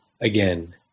again